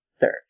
Third